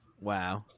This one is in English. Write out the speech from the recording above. Wow